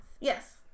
Yes